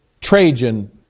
Trajan